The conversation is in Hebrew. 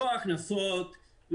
לא הכנסות,